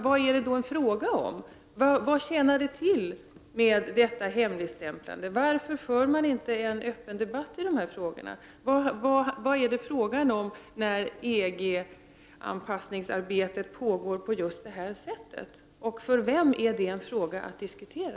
Vad är det då fråga om? Vad tjänar det till med detta hemligstämplande? Varför förs det inte en öppen debatt i dessa frågor? Vad är det fråga om när arbetet med anpassningen till EG pågår just på detta sätt? För vem är detta en fråga att diskutera?